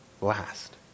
last